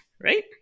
right